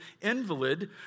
invalid